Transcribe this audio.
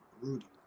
Rudy